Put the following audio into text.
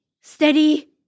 steady